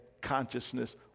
consciousness